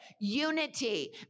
unity